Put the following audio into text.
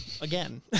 again